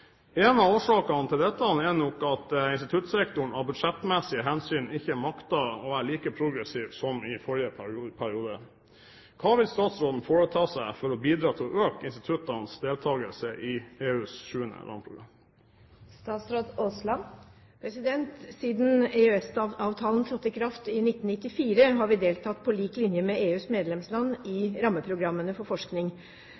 En av årsakene til dette er at instituttsektoren av budsjettmessige hensyn ikke makter å være like progressive som i forrige periode. Hva vil statsråden foreta seg for å bidra til å øke instituttenes deltakelse i EUs 7. rammeprogram?» Siden EØS-avtalen trådte i kraft i 1994, har vi deltatt på lik linje med EUs medlemsland